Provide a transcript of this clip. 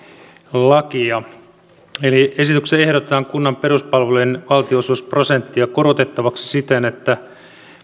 lakia eli esityksessä ehdotetaan kunnan peruspalvelujen valtionosuusprosenttia korotettavaksi siten että